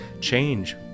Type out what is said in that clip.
change